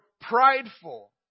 prideful